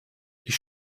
ich